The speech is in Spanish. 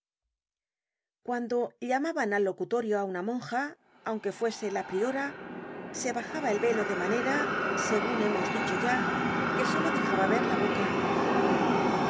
cuando llamaban al locutorio á una monja aunque fuese la priora se bajaba el velo de manera segun hemos dicho ya que solo dejaba ver la boca